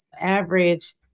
Average